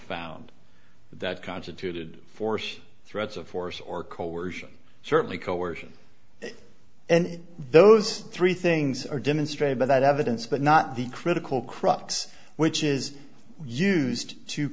found that constituted force threats of force or coercion certainly coercion and those three things are demonstrated by that evidence but not the critical crux which is used to